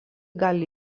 gali